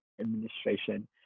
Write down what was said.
administration